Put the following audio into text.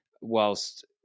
whilst